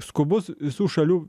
skubus visų šalių